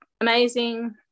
amazing